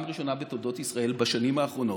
הראשונה בתולדות ישראל בשנים האחרונות,